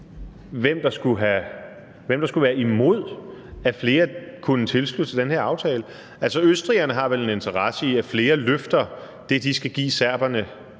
hvem der skulle være imod, at flere kunne tilslutte sig den her aftale. Altså, østrigerne har en interesse i, at flere løfter det, som de skal give serberne,